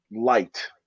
Light